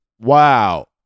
Wow